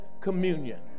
communion